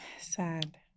Sad